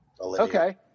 Okay